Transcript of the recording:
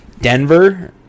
Denver